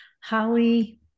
Holly